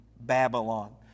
Babylon